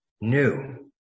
new